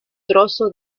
trozo